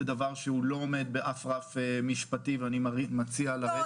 זה דבר שהוא לא עומד באף רף משפטי ואני מציע לרדת מהדבר הזה.